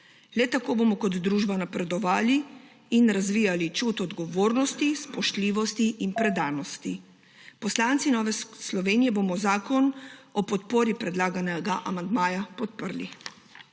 Le tako bomo kot družba napredovali in razvijali čut odgovornosti, spoštljivosti in predanosti. Poslanci Nove Slovenije bomo zakon ob podpori predlaganega amandmaja podprli.